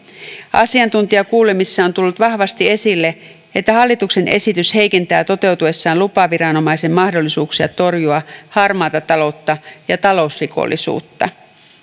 asiantuntijakuulemisissa on tullut vahvasti esille että hallituksen esitys toteutuessaan heikentää lupaviranomaisen mahdollisuuksia torjua harmaata taloutta ja talousrikollisuutta